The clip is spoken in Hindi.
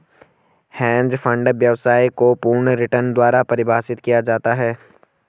हैंज फंड व्यवसाय को पूर्ण रिटर्न द्वारा परिभाषित किया जाता है